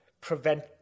prevent